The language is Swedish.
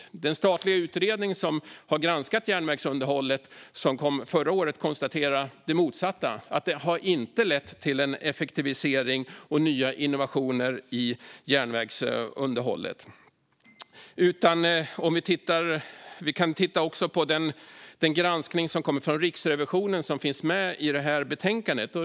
Men den statliga utredning som har granskat järnvägsunderhållet, och som kom förra året, konstaterar det motsatta: att det inte har lett till en effektivisering och nya innovationer i järnvägsunderhållet. Vi kan också titta på Riksrevisionens granskning, som finns med i betänkandet.